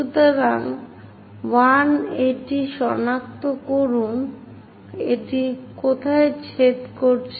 সুতরাং 1 এটি সনাক্ত করুন সুতরাং এটি কোথায় ছেদ করছে